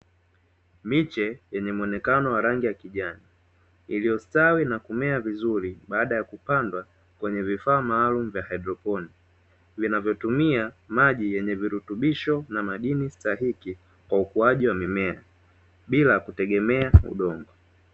Miche yenye muonekeno wa rangi ya kijani, iliyostawi na kumea vizuri baada ya kupandwa kwenye vifaa maalumu vya haidroponi, vinavyotumia maji yenye virutubisho na madini stahiki kwa ukuaji wa mimea bila kutegemea udongo.